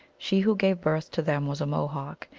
she who gave birth to them was a mohawk,